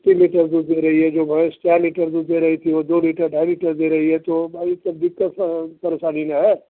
तीन लीटर दूध दे रही है जो भैंस चार लीटर दूध दे रही थी वह दो लीटर ढाई लीटर दे रही है तो भाई सब दिक़्क़त स परेशानी ना है